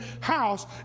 house